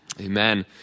Amen